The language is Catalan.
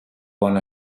bon